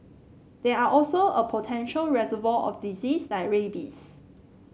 they are also a potential reservoir of disease like rabies